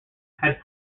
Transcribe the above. had